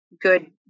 good